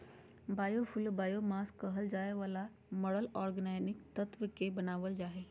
biofuel biomass कहल जावे वाला मरल ऑर्गेनिक तत्व से बनावल जा हइ